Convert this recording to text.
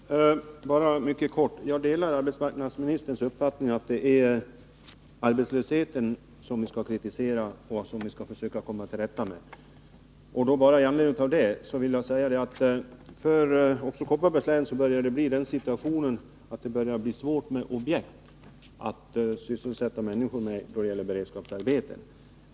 Fru talman! Jag skall vara mycket kortfattad. Jag delar arbetsmarknadsministerns uppfattning att det är arbetslösheten som vi skall kritisera och försöka komma till rätta med. Med anledning av detta vill jag säga att Kopparbergs län börjar få den situationen att det blir svårt att finna lämpliga objekt till beredskapsarbeten som ger människor sysselsättning.